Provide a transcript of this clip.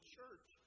church